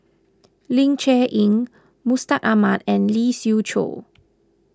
Ling Cher Eng Mustaq Ahmad and Lee Siew Choh